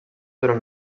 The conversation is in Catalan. durant